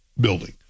building